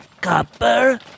copper